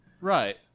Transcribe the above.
Right